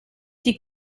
die